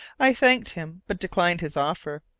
i thanked him, but declined his offer,